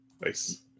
Nice